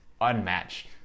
unmatched